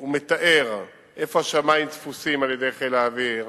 והוא מתאר איפה השמים תפוסים על-ידי חיל האוויר,